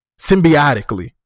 Symbiotically